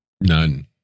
None